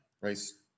Race